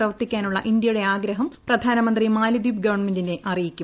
പ്രവർത്തിക്കാനുള്ള ഇന്ത്യയുടെ ആഗ്രഹം പ്രധാനമന്ത്രി മാലിദ്വീപ് ഗവൺമെന്റിനെ അറിയിക്കും